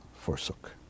forsook